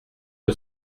que